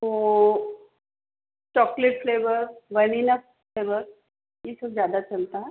वो chocolate flavour vanilla flavour ई सब ज़्यादा चलता है